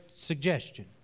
Suggestion